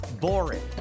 boring